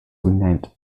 renamed